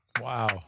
Wow